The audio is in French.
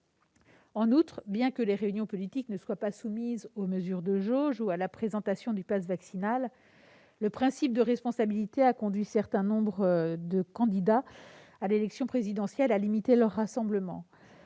En outre, bien que les réunions politiques ne soient pas soumises aux mesures de jauge ou à la présentation du passe vaccinal, le principe de responsabilité a conduit un certain nombre de candidats à l'élection présidentielle à limiter leurs rassemblements.